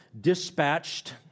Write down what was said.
dispatched